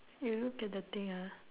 you look at the thing ah